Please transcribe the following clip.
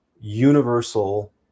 universal